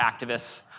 activists